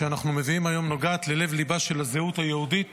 שאנחנו מביאים היום נוגעת ללב ליבה של הזהות היהודית